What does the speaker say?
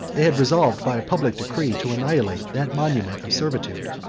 they had resolved by a public decree to annihilate that monument of servitude.